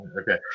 Okay